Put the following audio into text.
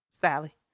Sally